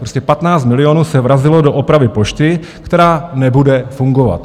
Prostě 15 milionů se vrazilo do opravy pošty, která nebude fungovat.